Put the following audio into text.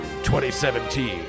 2017